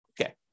Okay